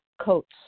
coats